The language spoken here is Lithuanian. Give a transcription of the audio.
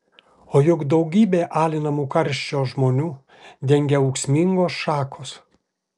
o juk daugybę alinamų karščio žmonių dengia ūksmingos šakos